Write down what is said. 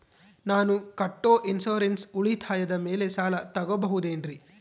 ನಾನು ಕಟ್ಟೊ ಇನ್ಸೂರೆನ್ಸ್ ಉಳಿತಾಯದ ಮೇಲೆ ಸಾಲ ತಗೋಬಹುದೇನ್ರಿ?